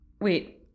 wait